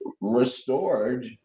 restored